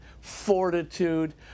fortitude